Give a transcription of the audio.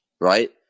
right